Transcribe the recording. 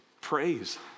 praise